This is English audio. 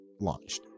launched